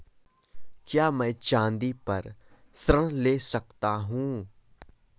क्या मैं चाँदी पर ऋण ले सकता हूँ?